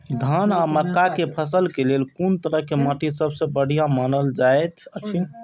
धान आ मक्का के फसल के लेल कुन तरह के माटी सबसे बढ़िया मानल जाऐत अछि?